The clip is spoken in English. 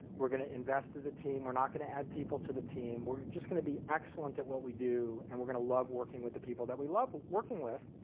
we're going to invest as a team, we're not going to add people to the team, we just going to be excellent at what we do and we're going to love working with the people that we love working with.